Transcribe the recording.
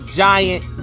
giant